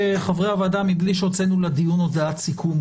שכולנו מודעים לשינוי המרכזי שהוכנס בתקנות הללו,